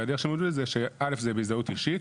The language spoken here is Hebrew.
והדרך הייתה בהזדהות אישית,